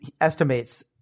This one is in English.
estimates